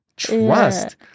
trust